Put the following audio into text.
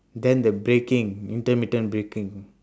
then the braking intermittent braking